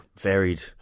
varied